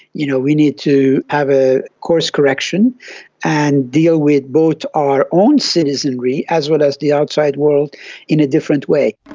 you know we need to have a course correction and deal with both our own citizenry as well as the outside world in a different way.